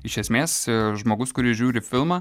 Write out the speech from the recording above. iš esmės žmogus kuris žiūri filmą